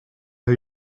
how